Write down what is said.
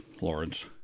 Lawrence